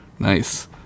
Nice